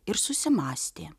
ir susimąstė